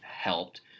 helped